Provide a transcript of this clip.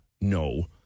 no